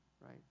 right